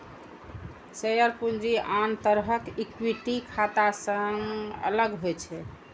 share पूंजी आन तरहक इक्विटी खाता सं अलग होइ छै